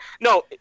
no